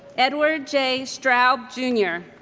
edward j. straub jr.